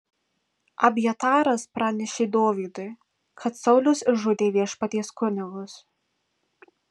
abjataras pranešė dovydui kad saulius išžudė viešpaties kunigus